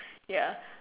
ya